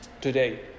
today